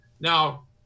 Now